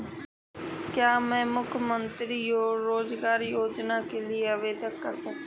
क्या मैं मुख्यमंत्री रोज़गार योजना के लिए आवेदन कर सकता हूँ?